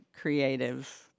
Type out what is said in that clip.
creative